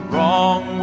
Wrong